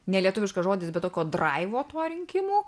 nelietuviškas žodis bet tokio draivo po rinkimų